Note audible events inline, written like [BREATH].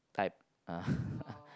type uh [BREATH]